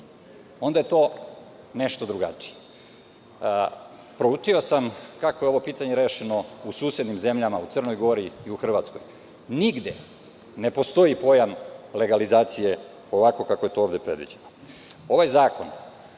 onda je to nešto drugačije. Proučio sam kako je ovo pitanje rešeno u susednim zemljama – u Crnoj Gori i u Hrvatskoj. Nigde ne postoji pojam legalizacije ovako kako je to ovde predviđeno. Ovaj zakon